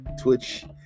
Twitch